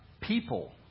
people